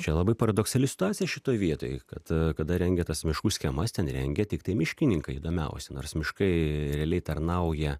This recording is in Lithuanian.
čia labai paradoksali situacija šitoj vietoj kad kada rengia tas miškų schemas ten rengia tiktai miškininkai įdomiausia nors miškai realiai tarnauja